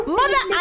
mother